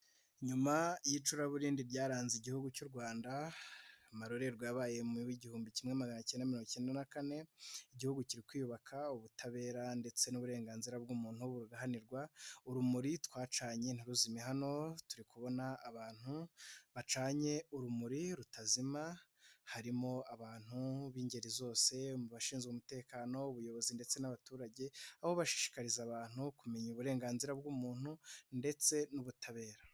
Nyuma y'icuraburindi ryaranze igihugu cy'u Rwanda, amarorerwa yabaye mu igihumbi kimwe magana kenda mirongo icyenda na kane, igihugu kiri kwiyubaka ubutabera ndetse n'uburenganzira bw'umuntu bugaharanirwa, urumuri twacanye ntiruzime. Hano turi kubona abantu bacanye urumuri rutazima, harimo abantu b'ingeri zose mu bashinzwe umutekano, ubuyobozi ndetse n'abaturage aho bashishikariza abantu kumenya uburenganzira bw'umuntu ndetse n'ubutabera.